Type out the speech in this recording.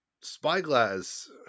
spyglass